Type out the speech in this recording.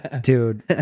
dude